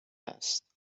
است